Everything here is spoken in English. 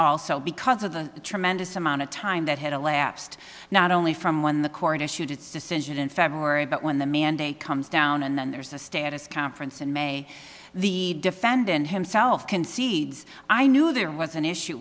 also because of the tremendous amount of time that had elapsed not only from when the court issued its decision in february but when the mandate comes down and then there's a status conference in may the defendant himself concedes i knew there was an issue